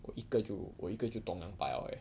我一个就我一个就 dong 两百了 leh